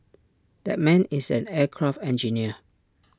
that man is an aircraft engineer